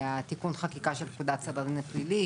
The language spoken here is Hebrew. תיקון חקיקה של פקודת סדר הדין הפלילי,